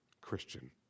Christian